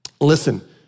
Listen